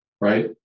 right